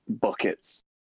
buckets